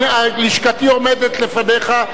לשכתי עומדת לפניך,